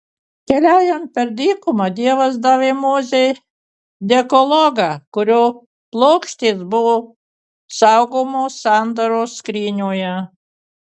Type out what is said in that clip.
keliaujant per dykumą dievas davė mozei dekalogą kurio plokštės buvo saugomos sandoros skrynioje